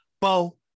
bo